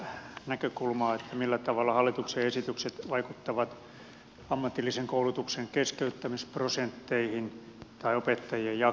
toivoisin että ministeri avaisi vähän sitä näkökulmaa millä tavalla hallituksen esitykset vaikuttavat ammatillisen koulutuksen keskeyttämisprosentteihin tai opettajien jaksamiseen